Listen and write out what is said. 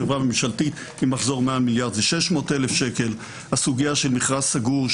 חברה ממשלתית עם מחזור מעל מיליארד זה 600,000. הסוגיה של מכרז סגור,